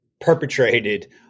perpetrated